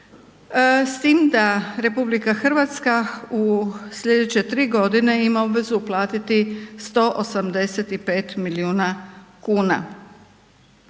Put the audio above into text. s tim da RH u sljedeće 3 godine ima obvezu uplatiti 185 milijuna kuna.